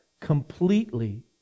completely